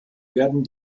werden